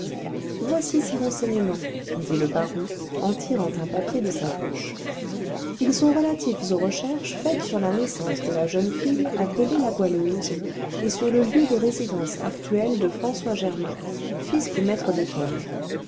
voici ces renseignements dit le baron en tirant un papier de sa poche ils sont relatifs aux recherches faites sur la naissance de la jeune fille appelée la goualeuse et sur le lieu de résidence actuelle de françois germain fils du maître d'école